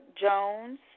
Jones